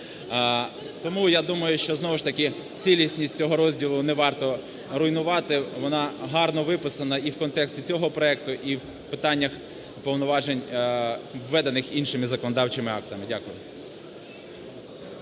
знову ж таки цілісність цього розділу не варто руйнувати. Вона гарно виписана і в контексті цього проекту, і в питаннях повноважень введених іншими законодавчими актами. Дякую.